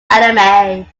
anime